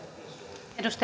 arvoisa